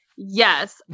Yes